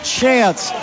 chance